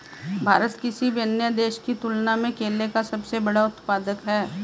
भारत किसी भी अन्य देश की तुलना में केले का सबसे बड़ा उत्पादक है